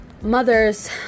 mothers